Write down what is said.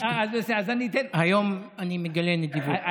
היום אני מגלה נדיבות.